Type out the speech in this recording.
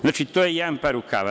Znači, to je jedan par rukava.